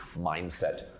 mindset